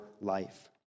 life